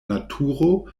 naturo